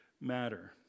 matter